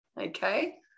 Okay